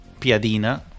piadina